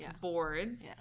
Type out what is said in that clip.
boards